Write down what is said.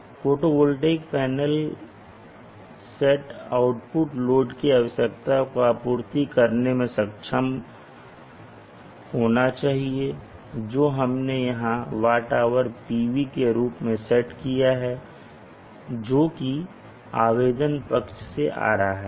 photovoltaic panel set output load की आवश्यकता को आपूर्ति करने में सक्षम होना चाहिए जो हमने यहां WHPV के रूप में सेट किया है जो कि आवेदन पक्ष से आ रहा है